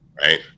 right